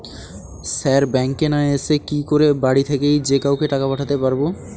Sir ব্যাঙ্কে না এসে কি করে বাড়ি থেকেই যে কাউকে টাকা পাঠাতে পারবো?